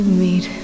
meet